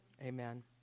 Amen